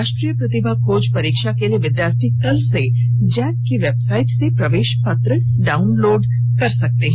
राष्ट्रीय प्रतिभा खोज परीक्षा के लिए विद्यार्थी कल से जैक की वेबसाइट से प्रवेश पत्र डाउनलोड कर सकते हैं